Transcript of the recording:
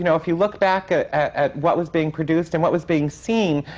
you know if you look back at at what was being produced and what was being seen